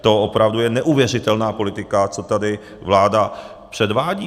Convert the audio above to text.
To je opravdu neuvěřitelná politika, co tady vláda předvádí.